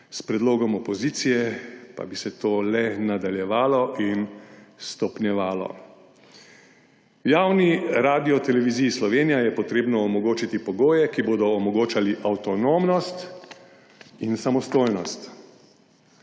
S predlogom opozicije pa bi se to le nadaljevalo in stopnjevalo. Javni Radioteleviziji Slovenija je potrebno omogočiti pogoje, ki bodo omogočali avtonomnost in samostojnost.